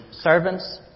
servants